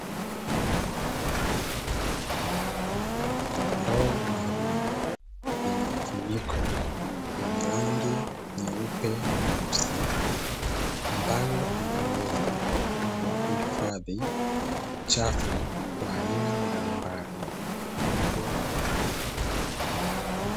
Ndoo maalumu yenye mfuniko wenye rangi nyeupe na nyeusi ambayo ina uwezo wa kuhifadhi uchafu wa aina mbalimbali kwa lengo la kutunza mazingira.